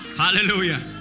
Hallelujah